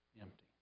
empty